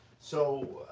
so,